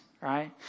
right